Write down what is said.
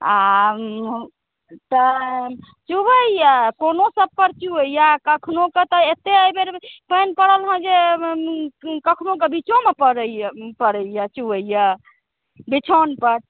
आ तऽ चुबैए कोनो सबपर चुबैए कखनो कऽ तऽ एते एहिबेर पानि पड़ल हँ जे कखनो कऽ बीचोमे पड़ैए चुबैए बिछाओनपर